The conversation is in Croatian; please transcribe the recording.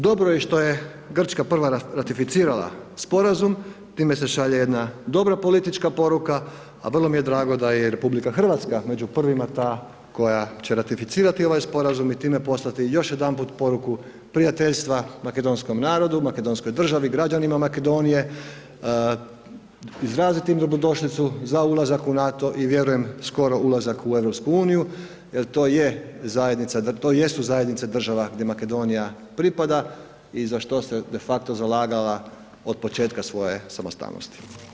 Dobro je što je Grčka prva ratificirala sporazum time se šalje jedna dobra politička poruka, a vrlo mi je drago da je i RH među prvima ta koja će ratificirati ovaj sporazum i time poslati još jedanput poruku prijateljstva makedonskom narodu, makedonskoj državi, građanima Makedonije, izraziti im dobrodošlicu za ulazak u NATO i vjerujem skoro ulazak u EU jer to je zajednica, to jesu zajednice država gdje Makedonija pripada i za što se de facto zalagala od početka svoje samostalnosti.